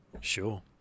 sure